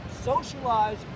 socialize